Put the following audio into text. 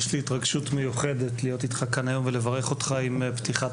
יש לי התרגשות מיוחדת להיות איתך כאן היום ולברך אותך עם פתיחת